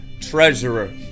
treasurer